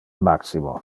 maximo